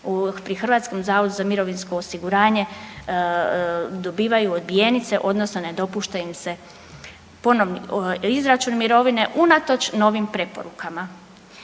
pri Hrvatskom zavodu za mirovinsko osiguranje dobivaju odbijenice odnosno ne dopušta im ponovni izračun mirovine unatoč novim preporukama.